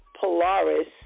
polaris